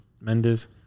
Mendes